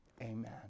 amen